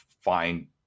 find